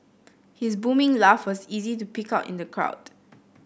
his booming laugh was easy to pick out in the crowd